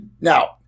Now